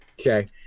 okay